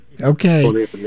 okay